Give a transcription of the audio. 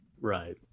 Right